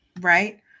Right